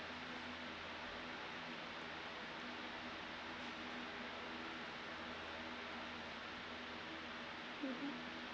mmhmm